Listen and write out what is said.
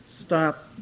stop